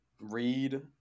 read